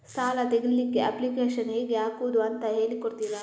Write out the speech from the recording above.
ಸಾಲ ತೆಗಿಲಿಕ್ಕೆ ಅಪ್ಲಿಕೇಶನ್ ಹೇಗೆ ಹಾಕುದು ಅಂತ ಹೇಳಿಕೊಡ್ತೀರಾ?